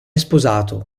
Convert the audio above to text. sposato